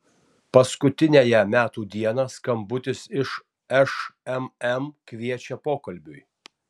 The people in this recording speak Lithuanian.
paskutiniąją metų dieną skambutis iš šmm kviečia pokalbiui